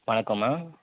வணக்கம்மா